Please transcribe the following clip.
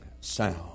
sound